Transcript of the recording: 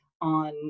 on